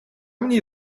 many